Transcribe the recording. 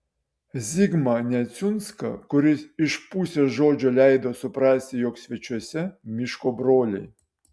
zigmą neciunską kuris iš pusės žodžio leido suprasti jog svečiuose miško broliai